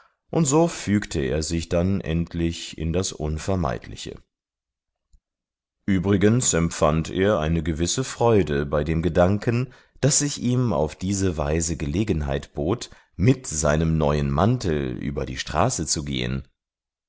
und so fügte er sich denn endlich in das unvermeidliche übrigens empfand er eine gewisse freude bei dem gedanken daß sich ihm auf diese weise gelegenheit bot mit seinem neuen mantel über die straße zu gehen